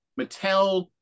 mattel